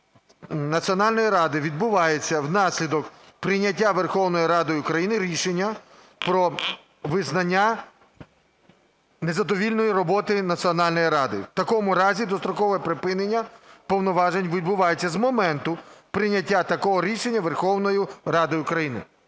Національної ради відбувається внаслідок прийняття Верховною Радою України рішення про визнання незадовільною роботу Національної ради. В такому разі дострокове припинення повноважень відбувається з моменту прийняття такого рішення Верховною Радою України."